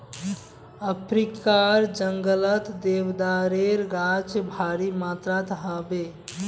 अफ्रीकार जंगलत देवदारेर गाछ भारी मात्रात ह बे